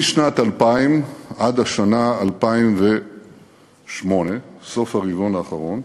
משנת 2000 עד שנת 2008, סוף הרבעון האחרון,